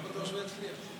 לא בטוח שהוא יצליח.